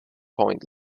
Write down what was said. point